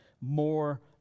more